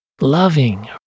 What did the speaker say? loving